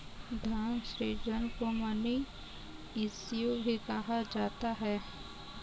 धन सृजन को मनी इश्यू भी कहा जाता है